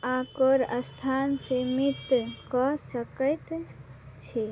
आओर कोन अस्थान सीमित कऽ सकै छी